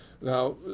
Now